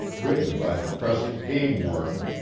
written by the present game warden,